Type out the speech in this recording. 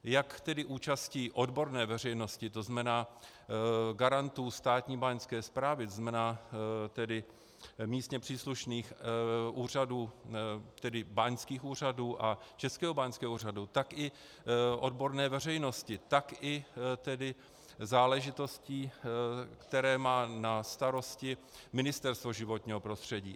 Jak tedy účastí odborné veřejnosti, to znamená garantů Státní báňské správy, to znamená místně příslušných úřadů, tedy báňských úřadů a Českého báňského úřadu, tak i odborné veřejnosti, tak i záležitostí, které má na starosti Ministerstvo životního prostředí.